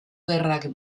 gerrak